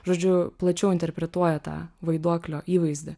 žodžiu plačiau interpretuoja tą vaiduoklio įvaizdį